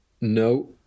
No